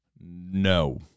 No